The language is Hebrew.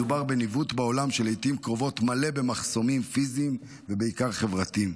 מדובר בניווט בעולם שלעיתים קרובות מלא במחסומים פיזיים ובעיקר חברתיים.